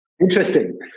interesting